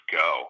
go